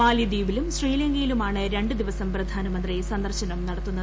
മാലിദ്വീപിലും ശ്രീലങ്കയിലൂമാണ് രണ്ടു ദിവസം പ്രധാനമന്ത്രി സന്ദർശനം നടത്തുന്നത്